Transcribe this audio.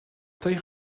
taille